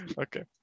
okay